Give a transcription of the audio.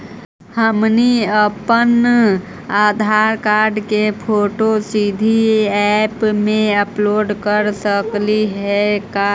हमनी अप्पन आधार कार्ड के फोटो सीधे ऐप में अपलोड कर सकली हे का?